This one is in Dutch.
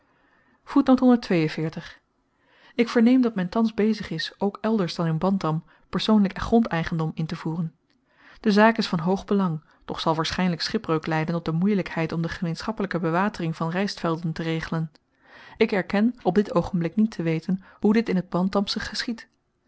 ik verneem dat men thans bezig is ook elders dan in bantam persoonlyk grondeigendom intevoeren de zaak is van hoog belang doch zal waarschynlyk schipbreuk lyden op de moeielykheid om de gemeenschappelyke bewatering van rystvelden te regelen ik erken op dit oogenblik niet te weten hoe dit in t bantamsche geschiedt